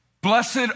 Blessed